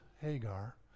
Hagar